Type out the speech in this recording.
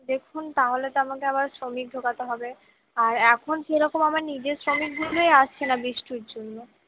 দেখুন তাহলে তো আমাকে আবার শ্রমিক ঢোকাতে হবে আর এখন কীরকম আমার নিজের শ্রমিকগুলোই আসছে না বৃষ্টির জন্য